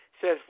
says